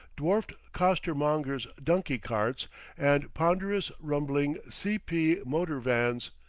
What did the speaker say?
dwarfed coster-mongers' donkey-carts and ponderous, rumbling, c p. motor-vans,